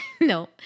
No